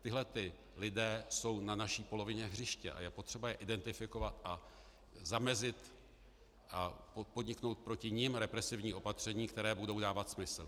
Tihle ti lidé jsou na naší polovině hřiště a je potřeba je identifikovat a zamezit a podniknout proti nim represivní opatření, která budou dávat smysl.